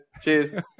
Cheers